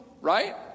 right